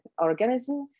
organism